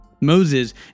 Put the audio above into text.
Moses